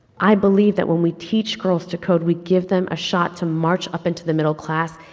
i believe that when we teach girls to code, we give them a shot to march up into the middle class,